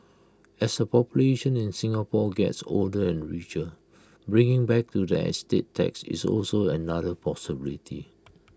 as the population in Singapore gets older and richer bringing back to the estate tax is also another possibility